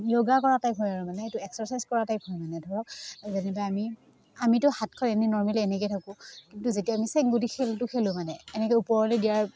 যোগা কৰা টাইপ হয় আৰু মানে এইটো এক্সাৰচাইজ কৰা টাইপ হয় মানে ধৰক যেনিবা আমি আমিতো হাতখন এনেই নৰ্মেলি এনেকৈয়ে থাকোঁ কিন্তু যেতিয়া আমি চেংগুটি খেলটো খেলোঁ মানে এনেকৈ ওপৰলৈ দিয়াৰ